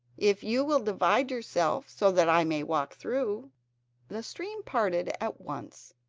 if you will divide yourself so that i may walk through the stream parted at once,